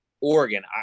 Oregon